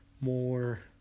more